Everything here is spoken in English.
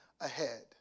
ahead